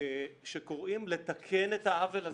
שקוראת לתקן את העוול הזה.